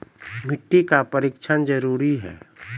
मिट्टी का परिक्षण जरुरी है?